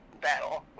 battle